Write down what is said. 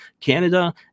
Canada